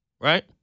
Right